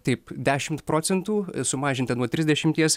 taip dešimt procentų sumažinta nuo trisdešimties